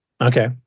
Okay